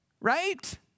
Right